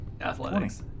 Athletics